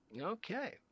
Okay